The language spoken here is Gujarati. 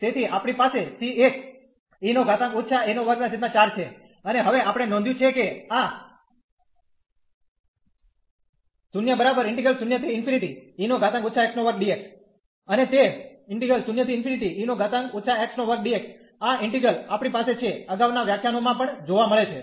તેથી આપણી પાસે છે અને હવે આપણે નોંધ્યું છે કે આ અને તે આ ઈન્ટિગ્રલ આપણી પાસે છે અગાઉના વ્યાખ્યાનો માં પણ જોવા મળે છે